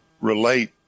relate